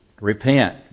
repent